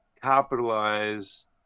capitalize